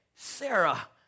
Sarah